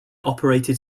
operated